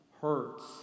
Hurts